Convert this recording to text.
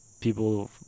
people